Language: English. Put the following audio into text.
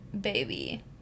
Baby